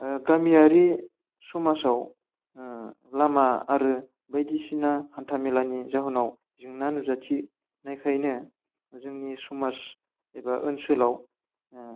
गामियारि समाजाव लामा आरो बायदिसिना हान्थामेलानि जाहोनाव जेंना नुजाथियो ओंखायनो जोंनि समाज एबा ओनसोलाव